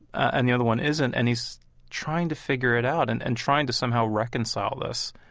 and the other one isn't. and he's trying to figure it out and and trying to somehow reconcile this.